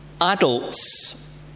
Adults